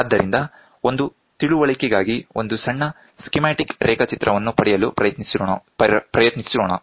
ಆದ್ದರಿಂದ ಒಂದು ತಿಳುವಳಿಕೆಗಾಗಿ ಒಂದು ಸಣ್ಣ ಸ್ಕೀಮ್ಯಾಟಿಕ್ ರೇಖಾಚಿತ್ರವನ್ನು ಪಡೆಯಲು ಪ್ರಯತ್ನಿಸೋಣ